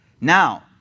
Now